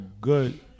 good